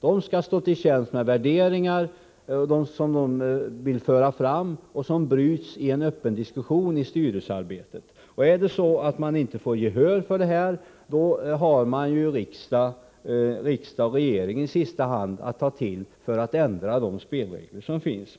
De skall stå till tjänst med värderingar som de vill föra fram och som bryts i en öppen diskussion i styrelsearbetet. Om de inte får gehör för sina synpunkter, har de i sista hand riksdag och regering att ta till för att ändra på de spelregler som finns.